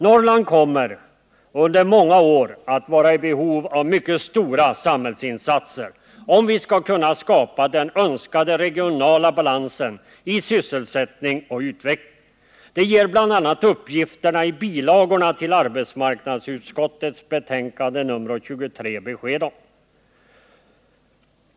Norrland kommer, under många år, att vara i behov av mycket stora samhällsinsatser, om vi skall kunna skapa den önskade regionala balansen i sysselsättning och utveckling. Det ger bl.a. uppgifterna i bilagorna till arbetsmarknadsutskottets betänkande nr 23 besked om.